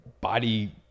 body